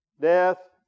Death